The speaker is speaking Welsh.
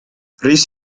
rhys